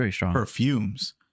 perfumes